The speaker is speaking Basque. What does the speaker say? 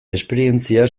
esperientzia